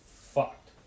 fucked